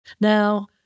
now